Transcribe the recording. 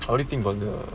what you think about the